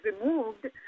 removed